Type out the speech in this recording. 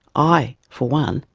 i, for one,